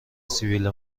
سبیل